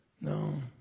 No